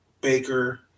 baker